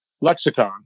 lexicon